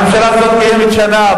הממשלה הזאת קיימת שנה.